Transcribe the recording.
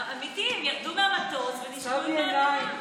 אמיתי, הם ירדו מהמטוס ונישקו את האדמה.